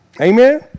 Amen